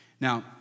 Now